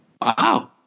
Wow